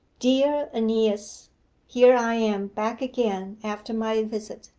dear aeneas here i am back again after my visit.